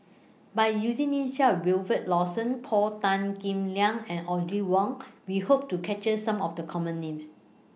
By using Names such as Wilfed Lawson Paul Tan Kim Liang and Audrey Wong We Hope to capture Some of The Common Names